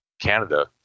Canada